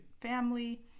family